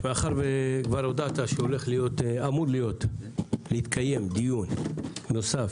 מאחר שכבר הודעת שאמור להתקיים דיון נוסף,